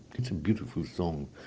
it's a beautiful song.